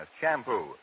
shampoo